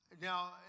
Now